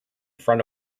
front